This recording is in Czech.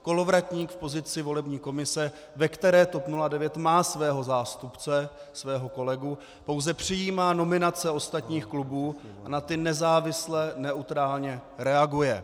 Kolovratník v pozici volební komise, ve které TOP 09 má svého zástupce, svého kolegu, pouze přijímá nominace ostatních klubů a na ty nezávislé neutrálně reaguje.